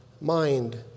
mind